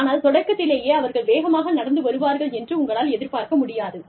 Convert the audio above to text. ஆனால் தொடக்கத்திலேயே அவர்கள் வேகமாக நடந்து வருவார்கள் என்று உங்களால் எதிர்பார்க்க முடியாது